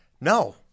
no